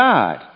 God